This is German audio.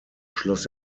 schloss